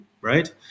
right